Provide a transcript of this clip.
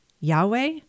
Yahweh